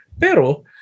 Pero